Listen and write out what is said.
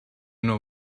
know